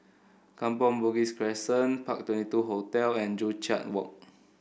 Kampong Bugis Crescent Park Twenty two Hotel and Joo Chiat Walk